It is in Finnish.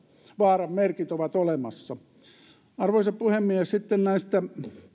vaaran merkit ovat olemassa arvoisa puhemies sitten näistä